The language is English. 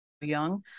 young